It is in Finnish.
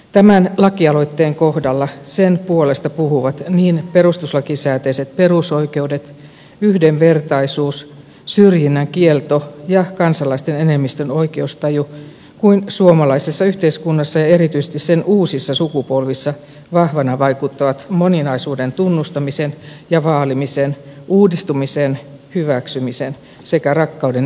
tämän lakialoitteen puolesta puhuvat niin perustuslakisääteiset perusoikeudet yhdenvertaisuus syrjinnän kielto ja kansalaisten enemmistön oikeustaju kuin suomalaisessa yhteiskunnassa ja erityisesti sen uusissa sukupolvissa vahvana vaikuttavat moninaisuuden tunnustamisen ja vaalimisen uudistumisen hyväksymisen sekä rakkauden ensisijaisuuden arvot